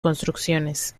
construcciones